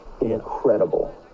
incredible